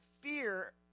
fear